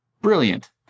Brilliant